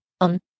On